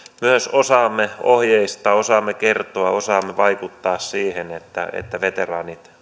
myös osaamme ohjeistaa osaamme kertoa osaamme vaikuttaa siihen että että veteraanit